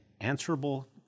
answerable